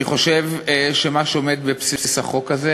אני חושב שמה שעומד בבסיס החוק הזה